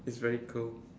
it's very cool